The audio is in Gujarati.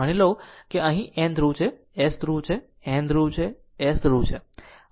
માની લો જો અહીં તે N ધ્રુવ છે તે S ધ્રુવ N ધ્રુવ S ધ્રુવ છે અને તે આની જેમ ફરે છે તે આની જેમ ફરે છે